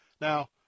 Now